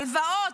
הלוואות,